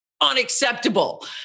unacceptable